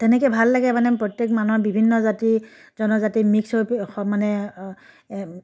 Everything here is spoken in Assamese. তেনেকৈ ভাল লাগে মানে প্ৰত্যেক মানুহৰ বিভিন্ন জাতি জনজাতি মিক্স হৈ মানে